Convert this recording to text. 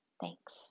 Thanks